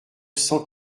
cent